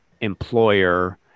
employer